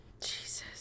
Jesus